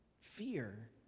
fear